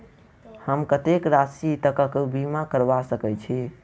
हम कत्तेक राशि तकक बीमा करबा सकै छी?